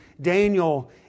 Daniel